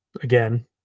again